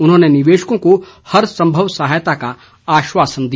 उन्होंने निवेशकों को हरसंभव सहायता का आश्वासन दिया